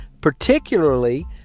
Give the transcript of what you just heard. particularly